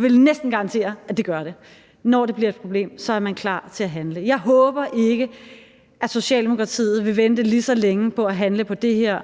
vil næsten garantere, at det gør det – så er klar til at handle. Jeg håber ikke, at Socialdemokratiet vil vente lige så længe med at handle på det her,